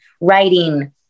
writing